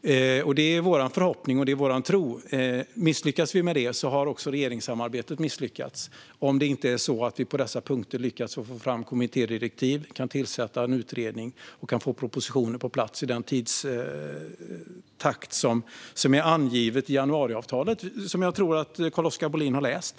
Det är vår förhoppning, och det är vår tro. Om vi misslyckas med det har också regeringssamarbetet misslyckats. Så blir det om vi inte på dessa punkter lyckas få fram kommittédirektiv, kan tillsätta en utredning och kan få propositioner på plats i den tidstakt som är angiven i januariavtalet, som jag tror att Carl-Oskar Bohlin har läst.